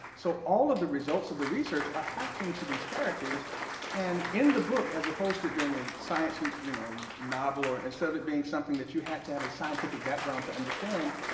so all of the results of the research are happening to these characters and in the book as opposed to being a science and you know novel or and instead of it being something that you had to have a scientific background to understand,